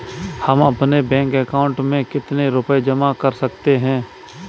हम अपने bank account में कितने रुपये जमा कर सकते हैं?